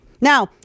Now